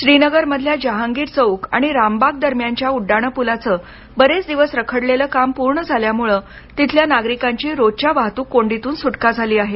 श्रीनगरमधल्या जहाँगीर चौक आणि रामबाग दरम्यानच्या उड्डाणपुलाचं बरेच दिवस रखडलेलं काम पूर्ण झाल्यामुळं तिथल्या नागरिकांची रोजच्या वाहतूककोंडीतून सुटका झाली आहे